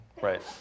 Right